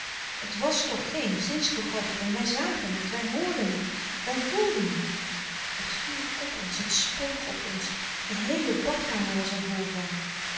het was toch geen zinsbegoocheling wij zagen het wij hoorden het wij voelden het het viel op ons het spoog op ons de heele badkamer was er vol van